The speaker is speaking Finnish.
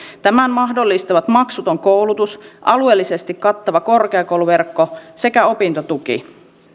tämän mahdollistavat maksuton koulutus alueellisesti kattava korkeakouluverkko sekä opintotuki